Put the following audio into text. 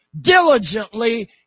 diligently